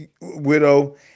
widow